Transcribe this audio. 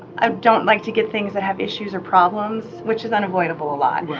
um don't like to get things that have issues or problems, which is unavoidable a lot,